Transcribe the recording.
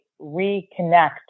reconnect